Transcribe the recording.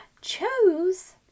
chose